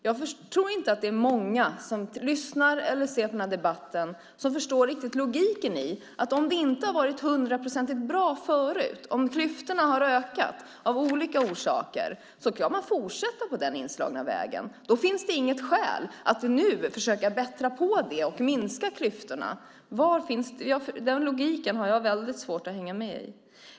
Jag tror inte att många av dem som lyssnar eller ser på denna debatt riktigt förstår logiken i att om det inte varit hundraprocentigt bra tidigare, om klyftorna av olika orsaker ökat, kan man ändå fortsätta på den inslagna vägen och att det inte finns något skäl att försöka bättra på det hela och minska klyftorna. Den logiken har jag svårt att hänga med i.